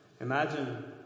imagine